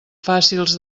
fàcils